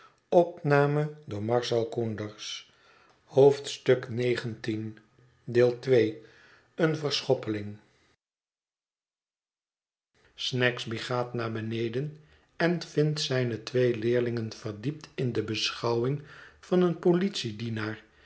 excuseeren snagsby gaat naar beneden en vindt zijne twee leerlingen verdiept in de beschouwing van een politiedienaar